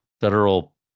federal